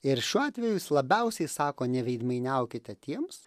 ir šiuo atveju jis labiausiai sako neveidmainiaukite tiems